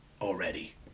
already